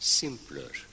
simpler